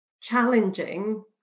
challenging